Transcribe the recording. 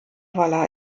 walla